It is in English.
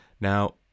Now